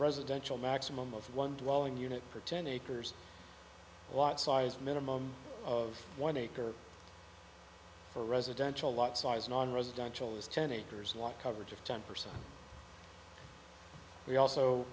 residential maximum of one drawing unit for ten acres a lot size minimum of one acre for residential lot size nonresidential is ten acres walk coverage of ten percent we also